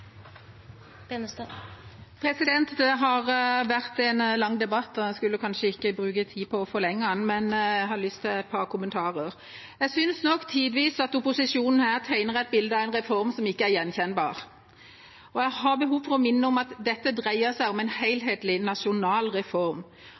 Det har vært en lang debatt, og en skulle kanskje ikke bruke tid på å forlenge den. Men jeg har lyst til å ta et par kommentarer. Jeg synes nok tidvis opposisjonen tegner et bilde av en reform som ikke er gjenkjennbart, og jeg har behov for å minne om at dette dreier seg om en